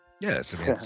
Yes